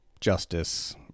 justice